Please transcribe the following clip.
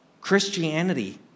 Christianity